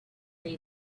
big